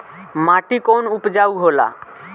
माटी कौन उपजाऊ होला?